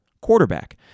quarterback